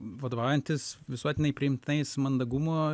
vadovaujantis visuotinai priimtinais mandagumo